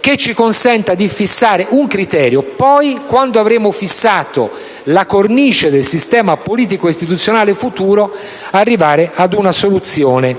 che ci consenta di fissare un criterio. Poi, quando avremo fissato la cornice del sistema politico-istituzionale futuro, potremo arrivare ad una soluzione